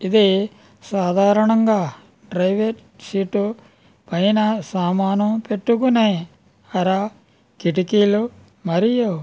ఇది సాధారణంగా driver seat పైన సామాను పెట్టుకునే అరా కిటికీలు మరియు